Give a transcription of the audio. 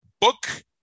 book